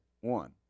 one